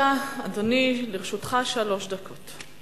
בבקשה, אדוני, לרשותך שלוש דקות.